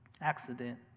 accident